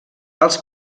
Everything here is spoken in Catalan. els